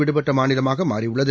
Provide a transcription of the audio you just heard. விடுபட்டமாநிலமாகமாறியுள்ளது